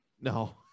No